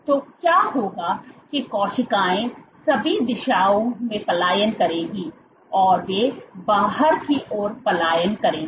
तो क्या होगा की कोशिकाओं सभी दिशाओं में पलायन करेंगे और वे बाहर की ओर पलायन करेंगे